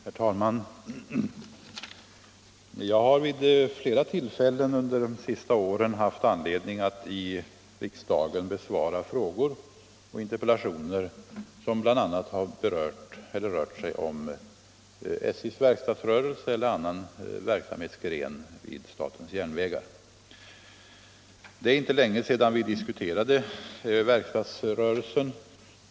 Herr talman! Jag har vid flera tillfällen under de senaste åren i riksdagen besvarat frågor och interpellationer som gällt SJ:s verkstadsrörelse eller andra verksamhetsgrenar vid statens järnvägar. Det är inte så länge sedan vi diskuterade verkstadsrörelsen.